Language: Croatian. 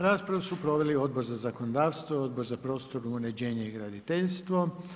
Raspravu su proveli Odbor za zakonodavstvo, Odbor za prostorno uređenje i graditeljstvo.